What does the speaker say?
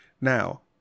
Now